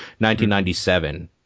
1997